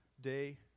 day